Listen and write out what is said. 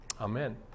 amen